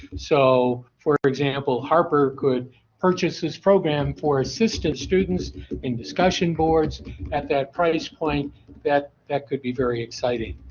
so, for for example harper could purchase this program for assistant students in discussion boards at that price point that that could be very exciting.